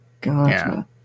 gotcha